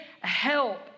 help